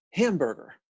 hamburger